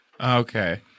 okay